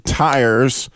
tires